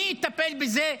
מי יטפל בזה כאחראי-על,